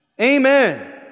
Amen